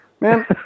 Man